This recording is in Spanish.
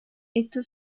esto